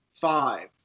Five